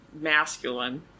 masculine